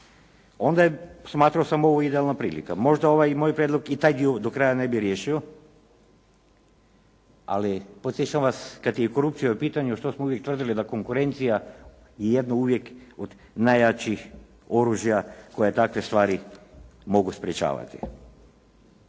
onda je smatrao sam ovo idealna prilika. Možda ovaj i moj prijedlog taj dio do kraja ne bi riješio ali podsjećam vas kad je korupcija u pitanju što smo uvijek tvrdili da konkurencija je jedno od uvijek najjačih oružja koje takve stvari mogu sprječavati.